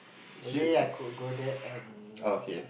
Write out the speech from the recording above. maybe I could go there and